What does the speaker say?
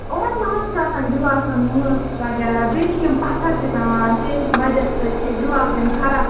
یِمَن ما حظ چھِ آسان گِلاسَن وٲنٛس وغیرہ بیٚیہِ چھِ یِم پَتھٕر تہِ پٮ۪وان تَمہِ وَجہ سۭتۍ چھِ گِلاس یِم خراب